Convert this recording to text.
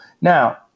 now